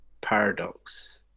Paradox